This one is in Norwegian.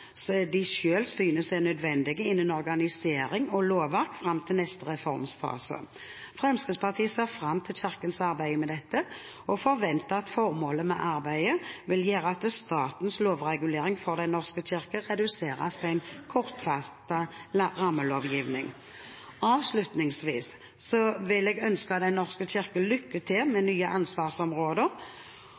de selv synes er nødvendige innen organisering og lovverk fram til neste reformfase. Fremskrittspartiet ser fram til Kirkens arbeid med dette og forventer at formålet med arbeidet vil gjøre at statens lovregulering for Den norske kirke reduseres til en kortfattet rammelovgivning. Avslutningsvis vil jeg ønske Den norske kirke lykke til med nye ansvarsområder,